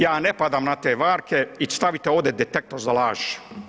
Ja ne padam na te varke i stavite ovdje detektor za laž.